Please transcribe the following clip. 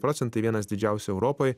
procentai vienas didžiausių europoj